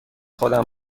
خودم